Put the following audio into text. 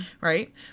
right